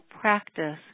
practice